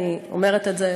אני אומרת את זה,